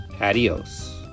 adios